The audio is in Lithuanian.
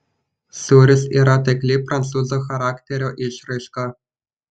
sūris yra taikli prancūzų charakterio išraiška